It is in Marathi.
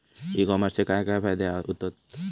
ई कॉमर्सचे काय काय फायदे होतत?